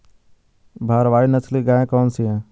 भारवाही नस्ल की गायें कौन सी हैं?